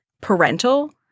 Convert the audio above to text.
parental